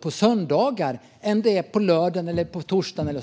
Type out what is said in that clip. på söndagar än vad det är på en lördag eller torsdag.